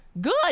Good